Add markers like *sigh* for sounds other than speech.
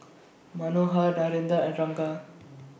Manohar Narendra and Ranga *noise*